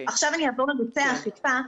עכשיו אני אעבור לנושא האכיפה.